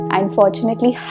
Unfortunately